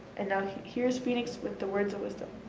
and now here's phoenix with the words of wisdom.